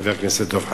חבר הכנסת דב חנין.